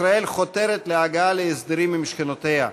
ישראל חותרת להגעה להסדרים עם שכנותיה.